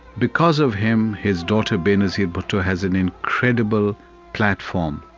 because of him, his daughter benazir bhutto has an incredible platform.